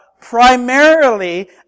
primarily